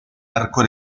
arco